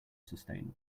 sustainable